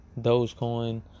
Dogecoin